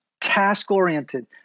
task-oriented